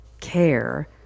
care